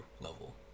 level